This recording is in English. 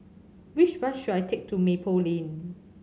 which bus should I take to Maple Lane